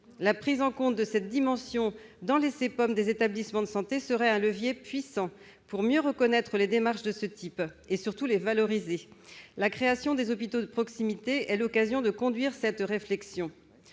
d'objectifs et de moyens, ou CPOM, des établissements de santé serait un levier puissant pour mieux reconnaître les démarches de ce type et, surtout, les valoriser. La création des hôpitaux de proximité est l'occasion de conduire cette réflexion.